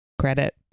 credit